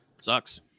sucks